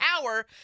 power